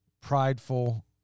prideful